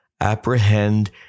apprehend